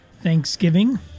Thanksgiving